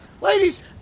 Ladies